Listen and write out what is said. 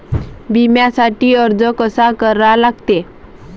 बिम्यासाठी अर्ज कसा करा लागते?